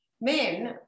men